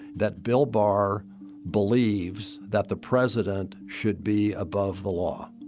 that bill barr believes that the president should be above the law.